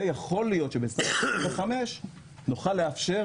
יכול להיות שב-2025 נוכל לאפשר